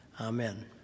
amen